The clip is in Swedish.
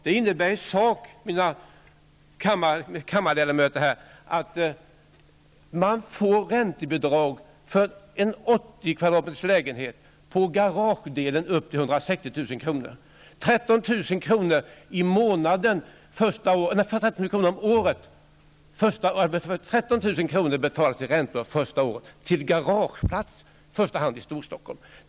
Det innebär i sak, mina kammarledamöter, att det ges räntebidrag, för en 80 m2 lägenhet, på garagekostnaden upp till 160 000 kr. Första året betalas 13 000 kr. i räntebidrag för en garageplats -- i första hand i Storstockholm.